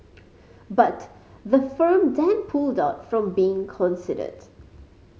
but the firm then pulled out from being considered